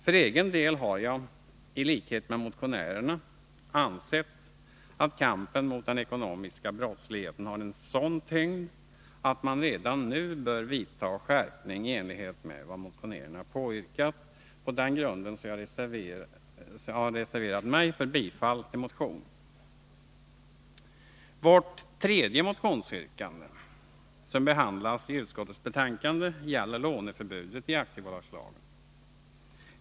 För egen del anser jag i likhet med motionärerna att kampen mot den ekonomiska brottsligheten har en sådan tyngd att man redan nu bör vidta skärpning i enlighet med vad motionärerna påyrkat. På den grunden har jag reserverat mig för bifall till motionen. Vårt tredje motionsyrkande gäller låneförbudet i aktiebolagslagen.